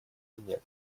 линия